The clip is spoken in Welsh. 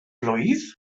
blwydd